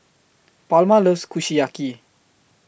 Palma loves Kushiyaki